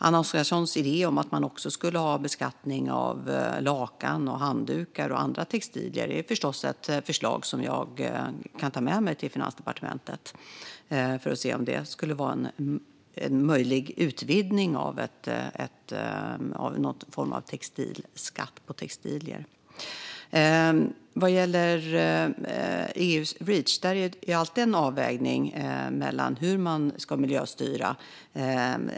Anne Oskarssons idé om beskattning av även lakan, handdukar och andra textilier är förstås ett förslag som jag kan ta med mig till Finansdepartementet för att se om det skulle vara en möjlig utvidgning av någon form av skatt på textilier. Vad gäller EU:s Reach är det alltid en avvägning hur man ska miljöstyra.